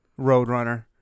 Roadrunner